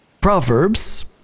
Proverbs